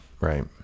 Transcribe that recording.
right